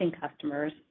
customers